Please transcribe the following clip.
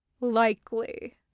Likely